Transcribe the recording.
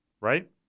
right